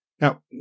Now